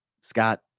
Scott